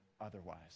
otherwise